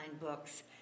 books